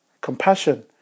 Compassion